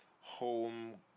home